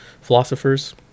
philosophers